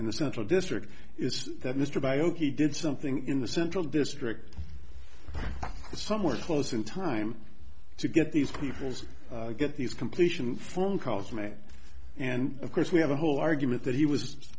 in the central district is that mr by oki did something in the central district somewhere close in time to get these people's get these completion phone calls made and of course we have a whole argument that he was